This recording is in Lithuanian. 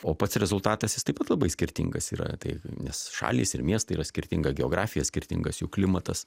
o pats rezultatas jis taip pat labai skirtingas yra tai nes šalys ir miestai yra skirtinga geografija skirtingas jų klimatas